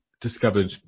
Discovered